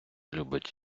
любить